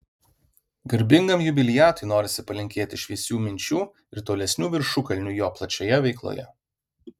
garbingam jubiliatui norisi palinkėti šviesių minčių ir tolesnių viršukalnių jo plačioje veikloje